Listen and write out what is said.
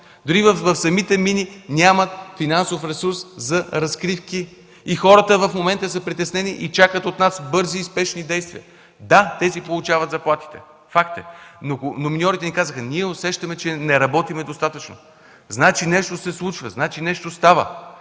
Дори в самите мини нямат финансов ресурс за разкривки и хората в момента са притеснени и чакат от нас бързи и спешни действия. Да, те си получават заплатите, факт е, но миньорите ни казаха: „Ние усещаме, че не работим достатъчно. Значи нещо се случва, значи нещо става”.